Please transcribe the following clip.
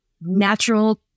natural